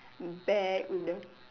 bag with the